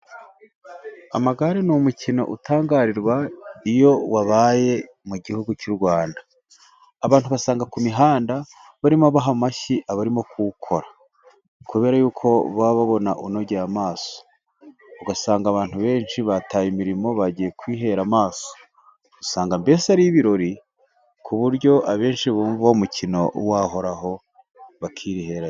Amagare ni umukino utangarirwa iyo wabaye mu gihugu cy’u Rwanda. Abantu basanga ku mihanda barimo baha amashyi abarimo kuwukora, kubera y’uko baba babona unogeye amaso. Ugasanga abantu benshi bataye imirimo, bagiye kwihera amaso. Usanga mbese ari ibirori, ku buryo abenshi bumva uwo mukino wahoraho, bakihera amaso.